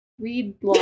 read